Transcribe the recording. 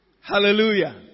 Hallelujah